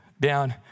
down